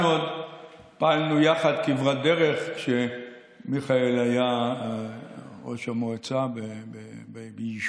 אנחנו פעלנו יחד כברת דרך כשמיכאל היה ראש המועצה ביישובו,